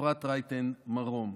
אפרת רייטן מרום.